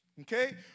Okay